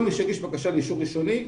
כל מי שהגיש בקשה לאישור ראשוני,